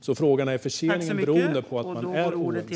Beror förseningen på att man är oense?